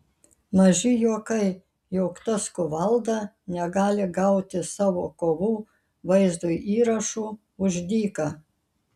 maži juokai jog tas kuvalda negali gauti savo kovų vaizdo įrašų už dyką